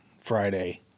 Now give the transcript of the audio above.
Friday